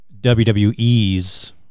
WWE's